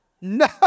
No